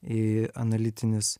y analitinis